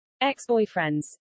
ex-boyfriends